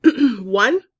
one